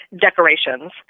decorations